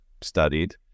studied